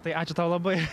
tai ačiū tau labai